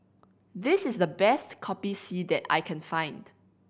this is the best Kopi C that I can find